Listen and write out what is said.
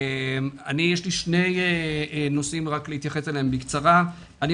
יש לי שני נושאים להתייחס אליהם בקצרה: אני